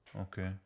Okay